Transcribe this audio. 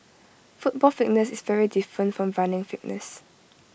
football fitness is very different from running fitness